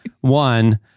one